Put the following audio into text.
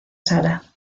sala